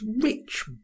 rich